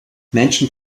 menschen